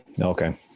okay